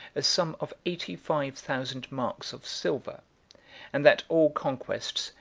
a sum of eighty-five thousand marks of silver and that all conquests,